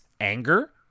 anger